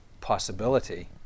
possibility